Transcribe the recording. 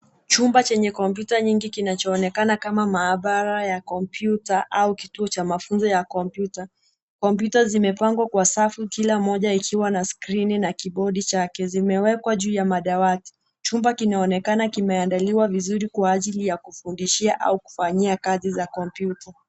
Chumba chenye kopyuta mingi kinachonekana kama maabara ya kopyuta au kituo cha mafunzo ya kopyuta. Kopyuta zimepangwa kwa safu kila moja ikiwa na scrini na kibodi chake. Zimewekwa juu ya madawati, chumba kinaonekana kimeandaliwa vizuri kwa ajili ya kufundishia au kufanyia kazi za kopyuta.